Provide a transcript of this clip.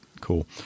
Cool